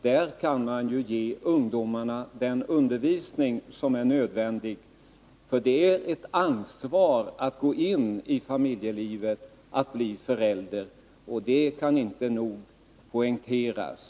Där kan man ge ungdomar den undervisning som är nödvändig, för det är ett ansvar att gå in i familjelivet, att bli förälder — det kan inte nog poängteras.